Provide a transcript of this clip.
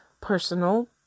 personal